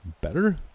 Better